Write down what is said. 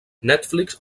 netflix